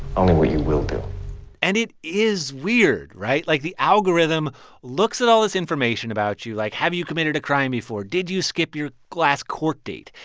only what you will do and it is weird, right? like, the algorithm looks at all this information about you, like have you committed a crime before, did you skip your last court date?